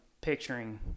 picturing